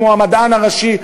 כמו המדען הראשי,